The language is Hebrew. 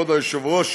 כבוד היושב-ראש,